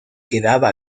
quedaba